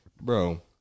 bro